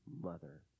mother